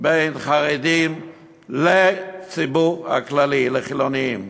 בין חרדים לציבור הכללי, לחילונים.